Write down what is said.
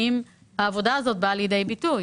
האם העבודה הזאת באה לידי ביטוי?